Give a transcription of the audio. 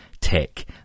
tech